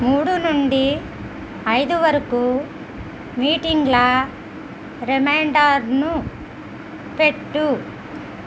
మూడు నుండి ఐదు వరకు మీటింగ్ల రిమైండర్ను పెట్టు